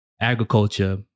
agriculture